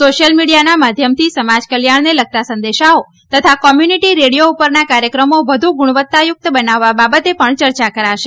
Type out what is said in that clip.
social મિડીયાના માધ્યમથી સમાજકલ્યાણને લગતા સંદેશાઓ તથા કોમ્યુનીટી રેડિયો ઉપરના કાર્યક્રમો વધુ ગુણવત્તાયુક્ત બનાવવા બાબતે પણ ચર્ચા કરાશે